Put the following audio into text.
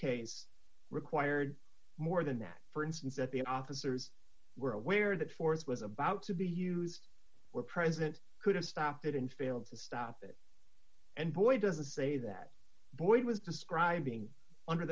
case required more than that for instance that the officers were aware that force was about to be used were present could have stopped it and failed to stop it and boy doesn't say that boyd was describing under